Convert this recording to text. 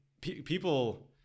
people